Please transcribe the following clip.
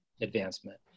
advancement